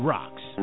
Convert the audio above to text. Rocks